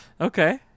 Okay